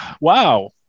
wow